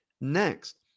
Next